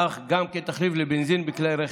אך גם כתחליף לבנזין בכלי רכב.